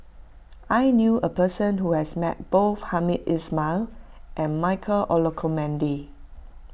I knew a person who has met both Hamed Ismail and Michael Olcomendy